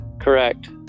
Correct